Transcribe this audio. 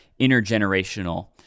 intergenerational